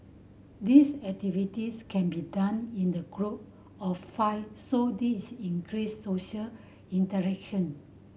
these activities can be done in the group of five so this increase social interaction